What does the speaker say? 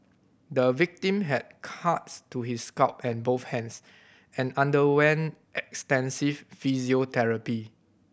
the victim had cuts to his scalp and both hands and underwent extensive physiotherapy